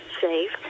safe